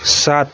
सात